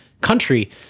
country